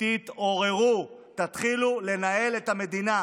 תתעוררו, תתחילו לנהל את המדינה.